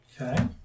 Okay